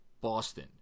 Boston